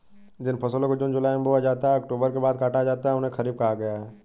जिन फसलों को जून जुलाई में बोया जाता है और अक्टूबर के बाद काटा जाता है उन्हें खरीफ कहा गया है